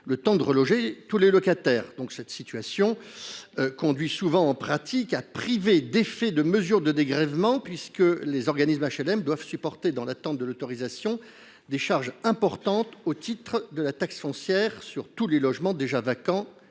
le temps de reloger tous les locataires. Cette situation conduit souvent, en pratique, à priver d’effet la mesure de dégrèvement, puisque les organismes d’HLM doivent supporter, dans l’attente de l’autorisation, des charges importantes au titre de la taxe foncière sur tous les logements déjà vacants